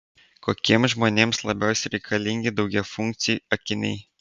kokiems žmonėms labiausiai reikalingi daugiafunkciai akiniai